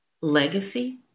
legacy